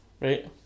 right